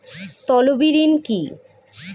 তলবি ঋণ কি?